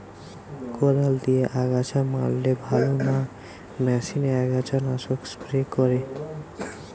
কদাল দিয়ে আগাছা মারলে ভালো না মেশিনে আগাছা নাশক স্প্রে করে?